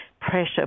pressure